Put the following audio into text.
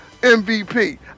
MVP